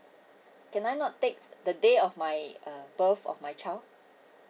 can I not take the day of my uh birth of my child